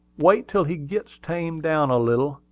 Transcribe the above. wait till he gits tamed down a little,